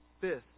Fifth